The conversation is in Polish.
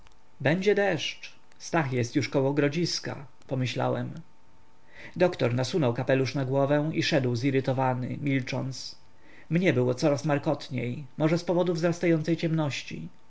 będzie deszcz stach już jest około grodziska pomyślałem doktor nasunął kapelusz na głowę i szedł zirytowany milcząc mnie było coraz markotniej może z powodu wzrastającej ciemności